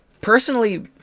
Personally